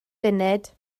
funud